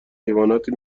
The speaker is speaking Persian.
حیواناتی